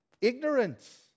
ignorance